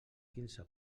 quinze